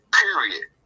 period